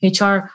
HR